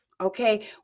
okay